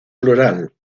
plural